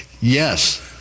Yes